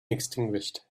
extinguished